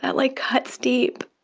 like, cuts deep,